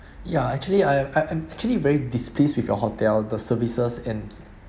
ya actually I I I actually very displeased with your hotel the services and